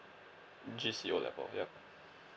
G_C_E O level yup